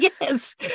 Yes